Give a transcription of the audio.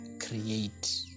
create